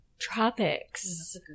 Tropics